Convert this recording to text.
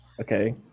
Okay